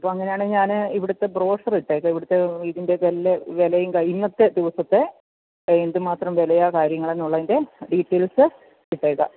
അപ്പോൾ അങ്ങനെയാണെങ്കിൽ ഞാൻ ഇവിടുത്തെ ബ്രോഷർ ഇട്ടേക്കാം ഇവിടുത്തെ ഇതിൻ്റെയൊക്കെ എല്ലാ വിലയും ഇന്നത്തെ ദിവസത്തെ എന്തുമാത്രം വിലയാ കാര്യങ്ങളാ എന്നുള്ളതിൻ്റെ ഡീറ്റെയിൽസ് ഇട്ടേക്കാം